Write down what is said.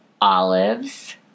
olives